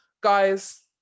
guys